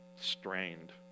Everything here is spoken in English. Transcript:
strained